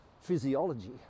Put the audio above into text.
physiology